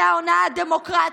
העבודה,